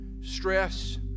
stress